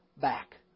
back